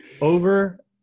Over